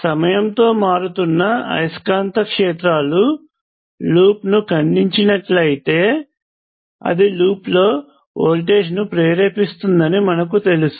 సమయంతో మారుతున్న అయస్కాంత క్షేత్రాలు లూప్ను ఖండించినట్లయితే అది లూప్లో వోల్టేజ్ను ప్రేరేపిస్తుందని మనకు తెలుసు